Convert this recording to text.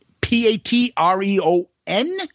P-A-T-R-E-O-N